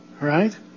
right